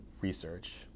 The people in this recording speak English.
research